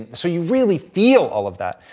so you really feel all of that.